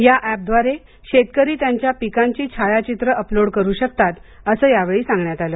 या एपद्वारे शेतकरी त्यांच्या पिकांची छायाचित्रे अपलोड करू शकतात असं यावेळी सांगण्यात आलं